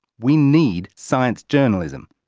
we need science journalism.